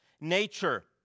nature